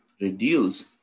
reduce